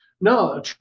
No